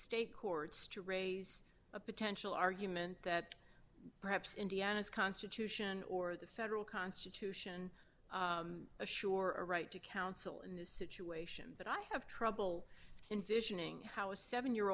state courts to raise a potential argument that perhaps indiana's constitution or the federal constitution assure a right to counsel in this situation that i have trouble envisioning how a seven year